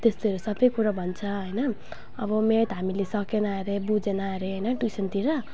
त्यस्तोहरू सबै कुरा भन्छ होइन अब म्याथ हामीले सकेन अरे बुझेन अरे होइन ट्युसनतिर